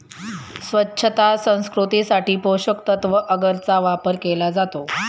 स्वच्छता संस्कृतीसाठी पोषकतत्त्व अगरचा वापर केला जातो